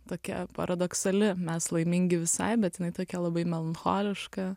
tokia paradoksali mes laimingi visai bet jinai tokia labai melancholiška